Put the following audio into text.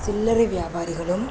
சில்லறை வியாபாரிகளும்